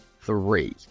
three